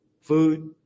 food